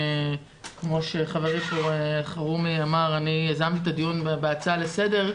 כמו שחברי ח"כ אלחרומי אמר אני יזמתי את הדיון בהצעה לסדר,